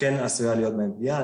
כן עשויה להיות בהם פגיעה.